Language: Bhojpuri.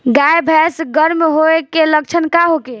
गाय भैंस गर्म होय के लक्षण का होखे?